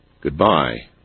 Goodbye